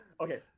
Okay